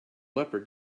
leopard